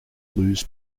lose